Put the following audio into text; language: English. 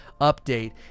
update